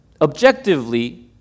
objectively